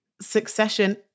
Succession